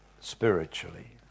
spiritually